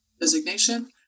designation